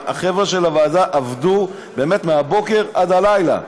החבר'ה של הוועדה עבדו באמת מהבוקר עד הלילה.